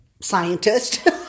scientist